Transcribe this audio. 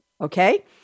Okay